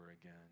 again